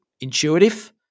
intuitive